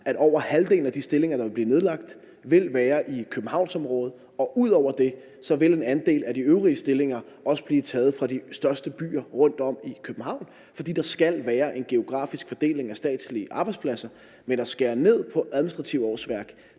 at over halvdelen af de stillinger, der vil blive nedlagt, vil være i Københavnsområdet. Ud over det vil en andel af de øvrige stillinger også blive taget fra de største byer rundt om København. For der skal være en geografisk fordeling af statslige arbejdspladser, og at skære ned på administrative årsværk